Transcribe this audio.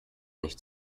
nicht